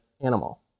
animal